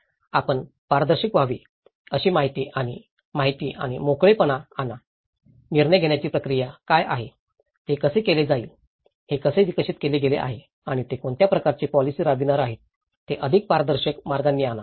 आपण पारदर्शक व्हावे अशी माहिती आणि माहिती आणि मोकळेपणा आणा निर्णय घेण्याची प्रक्रिया काय आहे ते कसे केले जाईल हे कसे विकसित केले गेले आहे आणि ते कोणत्या प्रकारचे पोलिसी राबविणार आहेत ते अधिक पारदर्शक मार्गांनी आणा